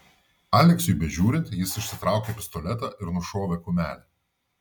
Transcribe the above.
aleksiui bežiūrint jis išsitraukė pistoletą ir nušovė kumelę